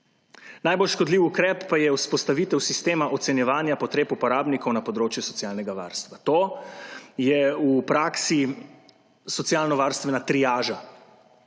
Najbolj škodljiv ukrep pa je vzpostavitev sistema ocenjevanja potreb uporabnikov na področju socialnega varstva. To je v praksi socialnovarstvena triaža,